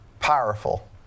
powerful